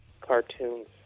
Cartoons